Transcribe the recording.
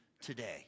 today